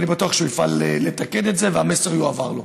ואני בטוח שהוא יפעל לתקן את זה והמסר יועבר לו.